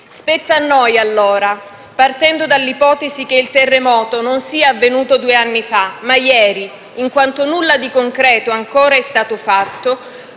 Spetta a noi, allora - partendo dall'ipotesi che il terremoto non sia avvenuto due anni fa ma ieri, in quanto nulla di concreto ancora è stato fatto